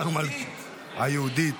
היהודית.